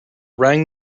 rang